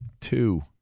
Two